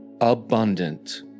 abundant